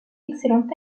excellente